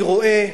אני רואה,